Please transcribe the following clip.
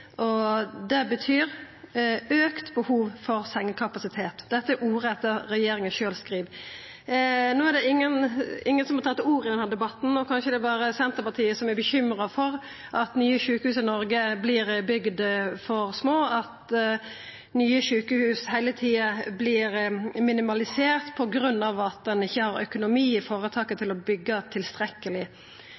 og dette betyr «økt behov for sengekapasitet». Dette er ordrett det regjeringa sjølv skriv. No er det ingen som har tatt ordet i denne debatten, og kanskje er det berre Senterpartiet som er bekymra for at nye sjukehus i Noreg vert bygde for små, og at nye sjukehus heile tida vert minimaliserte på grunn av at ein ikkje har økonomi i føretaket til å byggja tilstrekkeleg.